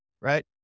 Right